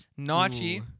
Nachi